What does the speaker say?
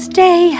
Stay